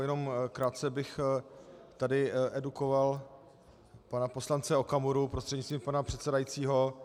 Jenom krátce bych tady edukoval pana poslance Okamuru prostřednictvím pana předsedajícího.